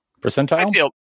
percentile